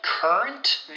Current